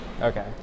Okay